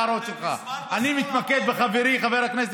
אנחנו בודקים את כל המוצרים,